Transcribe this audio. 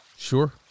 Sure